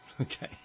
Okay